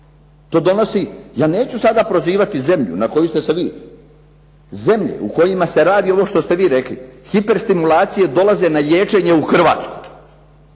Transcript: To donosi, ja neću sada prozivati zemlju na koju ste se vi, zemlje u kojima se radi ovo što ste vi rekli. Hiperstimulacije dolaze na liječenje u Hrvatsku.